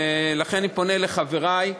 לכן אני פונה לחברי ואומר,